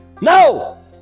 No